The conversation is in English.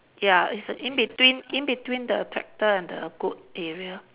ya it's in between in between the tractor and the goat area